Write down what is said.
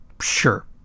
sure